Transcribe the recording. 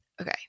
okay